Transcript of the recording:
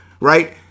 right